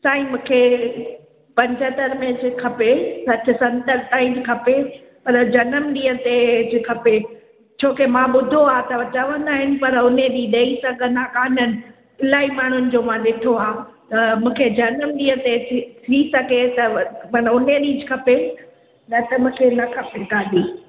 साईं मूंखे पंजतरि में ज खपे सठि संतरि ताईं ज खपे पर जनमु ॾींहं ते ज खपे छो की मां ॿुधो आहे त चवंदाआहिनि पर हुन ॾींहुं ॾेई सघंदा कान्हनि इलाही माण्हुनि जो मां ॾिठो आहे त मूंखे जनमु ॾींहुं ते थी थी सघे त व माना हुन ॾींहुं ज खपे न त मूंखे न खपे गाॾी